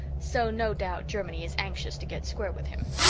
so no doubt germany is anxious to get square with him.